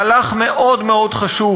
זהו מהלך מאוד מאוד חשוב,